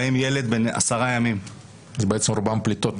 יש שם ילד בן עשרה ימים --- בעצם רובן פליטות.